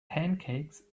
pancakes